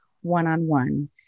one-on-one